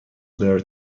there